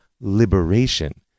liberation